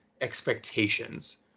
expectations